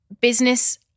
Business